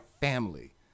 family